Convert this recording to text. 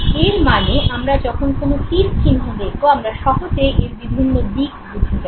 এর মানে আমরা যখন কোন তীর চিহ্ন দেখবো আমরা সহজেই এর বিভিন্ন দিক বুঝে যাবো